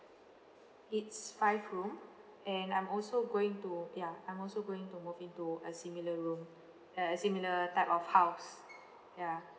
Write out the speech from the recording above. it's five room and I'm also going to ya I'm also going to move into a similar room uh a similar type of house ya